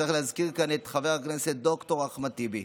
צריך להזכיר כאן את חבר הכנסת ד"ר אחמד טיבי,